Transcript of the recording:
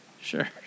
Sure